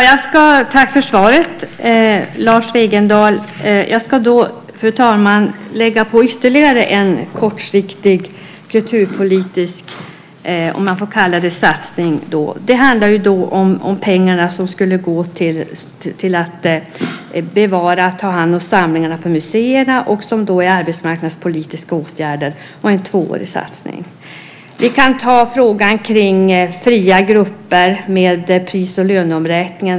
Fru talman! Tack för svaret, Lars Wegendal. Jag ska ta fram exempel på ytterligare en kortsiktig kulturpolitisk satsning. Det handlar om pengarna som ska gå till att bevara och ta hand om samlingarna på museerna. Det är en tvåårig arbetsmarknadspolitisk åtgärd. Det är frågan om fria grupper och pris och löneomräkning.